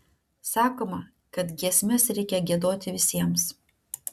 sakoma kad giesmes reikia giedoti visiems